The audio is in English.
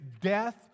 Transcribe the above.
death